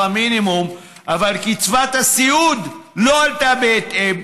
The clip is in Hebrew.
המינימום אבל קצבת הסיעוד לא עלתה בהתאם.